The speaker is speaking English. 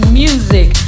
music